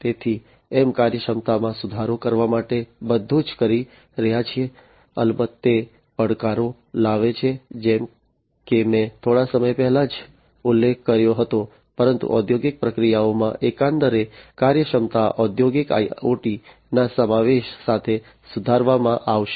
તેથી અમે કાર્યક્ષમતામાં સુધારો કરવા માટે બધું જ કરી રહ્યા છીએ અલબત્ત તે પડકારો લાવે છે જેમ કે મેં થોડા સમય પહેલા જ ઉલ્લેખ કર્યો હતો પરંતુ ઔદ્યોગિક પ્રક્રિયાઓમાં એકંદરે કાર્યક્ષમતા ઔદ્યોગિક IoT ના સમાવેશ સાથે સુધારવામાં આવશે